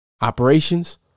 operations